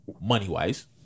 money-wise